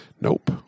Nope